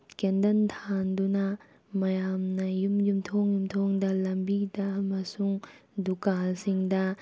candle ꯊꯥꯟꯗꯨꯅ ꯃꯌꯥꯝꯅ ꯌꯨꯝ ꯌꯨꯝꯊꯣꯡ ꯌꯨꯝꯊꯣꯡꯗ ꯂꯝꯕꯤꯗ ꯑꯃꯁꯨꯡ ꯗꯨꯀꯥꯟꯁꯤꯡꯗ